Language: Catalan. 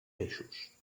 peixos